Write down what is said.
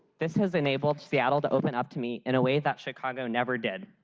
this has enabled seattle to open up to me in a way that chicago never did.